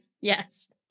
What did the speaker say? Yes